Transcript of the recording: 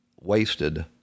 wasted